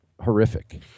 Horrific